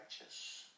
righteous